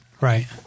Right